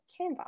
Canva